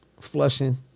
Flushing